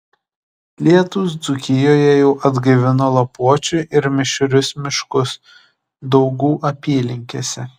lietūs dzūkijoje jau atgaivino lapuočių ir mišrius miškus daugų apylinkėse